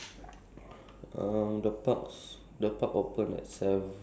like the pay is extra ya because it's at night ya you cannot do anything weird